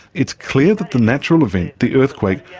it's clear that the natural event, the earthquake,